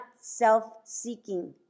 self-seeking